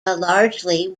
largely